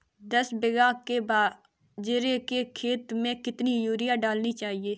दस बीघा के बाजरे के खेत में कितनी यूरिया डालनी चाहिए?